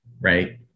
right